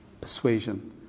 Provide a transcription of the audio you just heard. persuasion